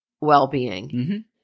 well-being